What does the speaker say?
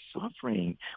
suffering